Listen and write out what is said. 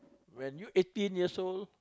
when you eighteen years old